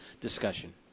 discussion